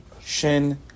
shin